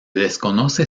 desconoce